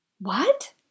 What